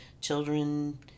children